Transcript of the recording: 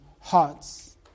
hearts